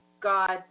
God